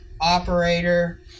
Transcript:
operator